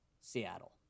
Seattle